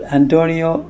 Antonio